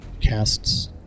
casts